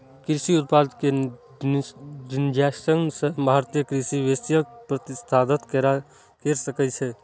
कृषि उत्पाद के डिजिटाइजेशन सं भारतीय कृषि वैश्विक प्रतिस्पर्धा कैर सकै छै